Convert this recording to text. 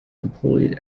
employed